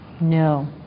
No